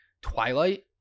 twilight